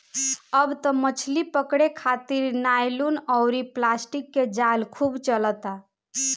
अब त मछली पकड़े खारित नायलुन अउरी प्लास्टिक के जाल खूब चलता